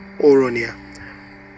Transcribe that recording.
Oronia